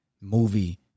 movie